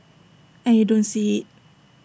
and you don't see IT